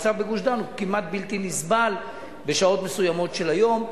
המצב בגוש-דן הוא כמעט בלתי נסבל בשעות מסוימות של היום,